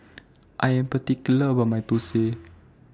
I Am particular about My Thosai